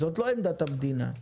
זו לא עמדת המדינה.